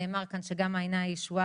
נאמר כאן גם שבית החולים מעייני הישועה